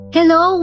Hello